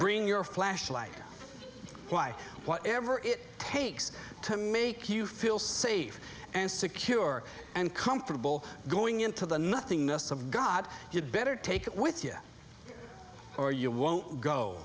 bring your flashlight why whatever it takes to make you feel safe and secure and comfortable going into the nothingness of god you'd better take it with you or you won't go